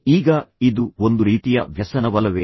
ಈಗ ಇದು ಒಂದು ರೀತಿಯ ವ್ಯಸನವಲ್ಲವೇ